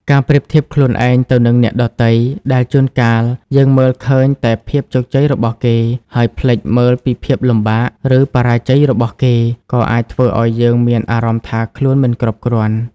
ការប្រៀបធៀបខ្លួនឯងទៅនឹងអ្នកដទៃ ដែលជួនកាលយើងមើលឃើញតែភាពជោគជ័យរបស់គេ ហើយភ្លេចមើលពីភាពលំបាក ឬបរាជ័យរបស់គេ ក៏អាចធ្វើឲ្យយើងមានអារម្មណ៍ថាខ្លួនមិនគ្រប់គ្រាន់។